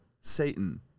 Satan